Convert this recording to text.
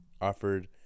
Offered